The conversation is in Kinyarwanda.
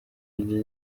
bagira